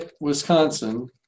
Wisconsin